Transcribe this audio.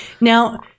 now